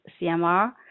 CMR